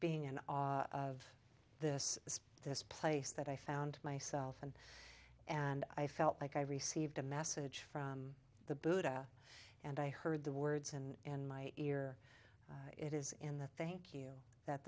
being and are of this is this place that i found myself and and i felt like i received a message from the buddha and i heard the words in my ear it is in the thank you that